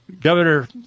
Governor